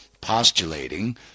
postulating